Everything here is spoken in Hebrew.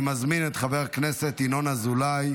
אני מזמין את חבר הכנסת ינון אזולאי,